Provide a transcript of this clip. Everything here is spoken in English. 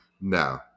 No